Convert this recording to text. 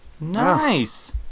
Nice